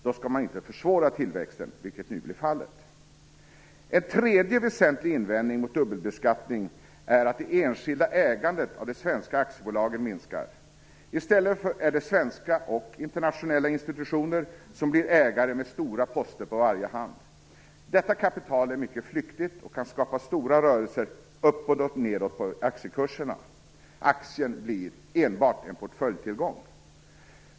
Då skall inte tillväxten försvåras, vilket nu blir fallet. En tredje väsentlig invändning mot dubbelbeskattningen är att det enskilda ägandet av de svenska aktiebolagen minskar. I stället är det svenska och internationella institutioner som blir ägare, med stora poster på varje hand. Detta kapital är mycket flyktigt och kan skapa stora rörelser uppåt och nedåt i aktiekurserna. Aktien blir enbart en portföljtillgång.